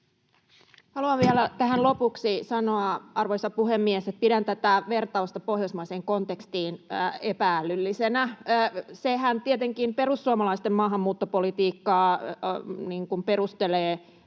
Haluan vielä tähän lopuksi sanoa, arvoisa puhemies, että pidän tätä vertausta pohjoismaiseen kontekstiin epä-älyllisenä. [Perussuomalaisista: Ohhoh!] Sehän tietenkin perussuomalaisten maahanmuuttopolitiikkaa perustelee